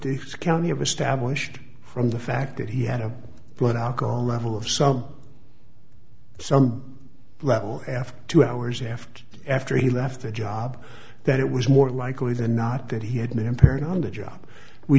if county of established from the fact that he had a blood alcohol level of some some level after two hours after after he left the job that it was more likely than not that he had been impaired honda job we